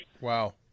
Wow